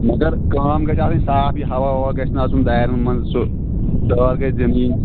مگر کٲم گژھِ آسٕنۍ صاف یہِ ہوا وَوا گژھِ نہٕ آسُن دارٮ۪ن منٛز سُہ دٲر گژھِ دِنہٕ یِنۍ